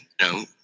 no